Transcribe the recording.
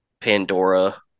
Pandora